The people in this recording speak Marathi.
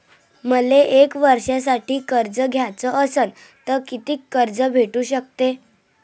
मले एक वर्षासाठी कर्ज घ्याचं असनं त कितीक कर्ज भेटू शकते?